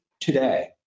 today